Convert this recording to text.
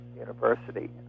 university